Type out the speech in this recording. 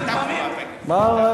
מה, לפעמים, מה רע?